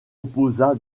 opposa